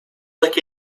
like